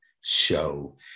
show